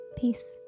Peace